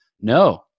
no